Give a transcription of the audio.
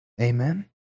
Amen